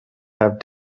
have